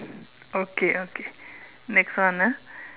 okay okay next one ah